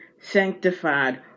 sanctified